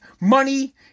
money